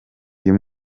uyu